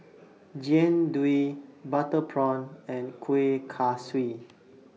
Jian Dui Butter Prawn and Kuih Kaswi